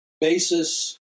basis